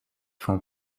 font